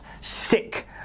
sick